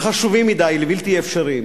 וחשובים מדי לבלתי אפשריים.